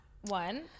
one